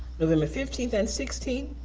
november fifteenth and sixteenth,